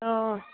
অঁ